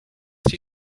die